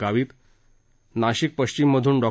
गावित नाशिक पश्चिम मधून डॉ